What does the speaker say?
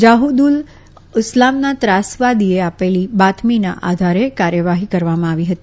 જાહીદુલ ઇસ્લામના ત્રાસવાદીએ આપેલી બાતમીના આધારે કાર્યવાહી કરવામાં આવી હતી